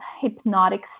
hypnotic